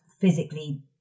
physically